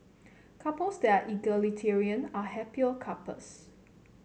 couples that are egalitarian are happier couples